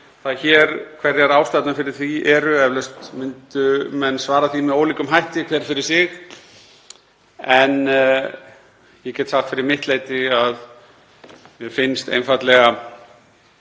það hér hverjar ástæðurnar fyrir því eru, eflaust myndu menn svara því með ólíkum hætti hver fyrir sig. Ég get sagt fyrir mitt leyti að mér finnst einfaldlega